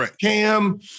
Cam